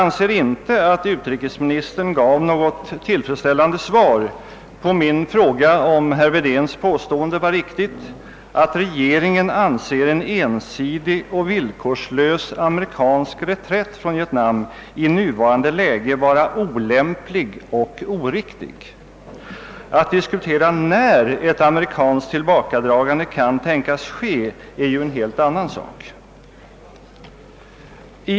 Herr talman! Utrikesministern gav inte något tillfredsställande svar på min fråga huruvida herr Wedéns påstående var riktigt, att regeringen anser en ensidig och villkorslös amerikansk reträtt från Vietnam i nuvarande läge vara olämplig och oriktig. Att diskutera när ett amerikanskt tillbakadragande kan tänkas ske är ju en helt annan sak.